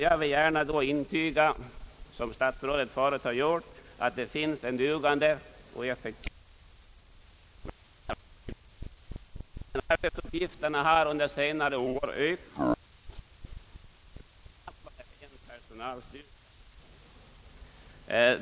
Jag vill gärna intyga, liksom statsrådet förut har gjort, att arbetsförmedlingen har en dugande och effektiv personal med dugande ledning. Men arbetsuppgifterna har under senare år ökat snabbare än personalstyrkan.